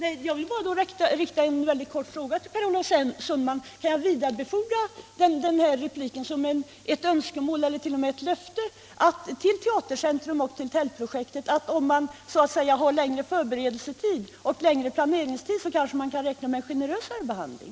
Herr talman! Jag vill då bara rikta en mycket kort fråga till Per Olof Sundman: Kan jag vidarebefordra den repliken som ett löfte till Teatercentrum och till Tältprojektet att om de tar längre tid på sig till förberedelser och planering så kan de räkna med en mera generös behandling?